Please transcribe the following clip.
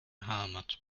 helmet